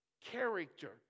character